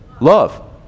Love